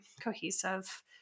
cohesive